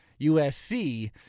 USC